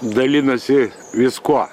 dalinasi viskuo